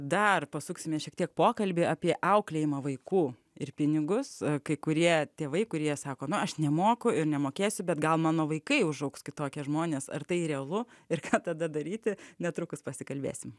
dar pasuksime šiek tiek pokalbį apie auklėjimą vaikų ir pinigus kai kurie tėvai kurie sako nu aš nemoku ir nemokėsiu bet gal mano vaikai užaugs kitokie žmonės ar tai realu ir ką tada daryti netrukus pasikalbėsim